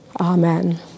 Amen